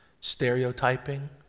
Stereotyping